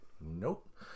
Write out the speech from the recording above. Nope